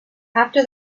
after